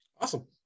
Awesome